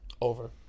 Over